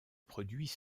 produits